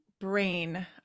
brain